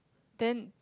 then